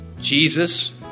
Jesus